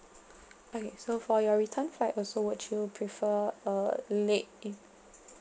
okay so for your return flight also would you prefer err late eve